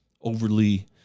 overly